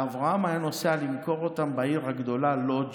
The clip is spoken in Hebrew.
ואברהם היה נוסע למכור אותם בעיר הגדולה לודז'